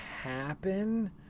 happen